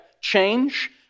Change